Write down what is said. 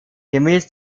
gemäß